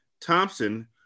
Thompson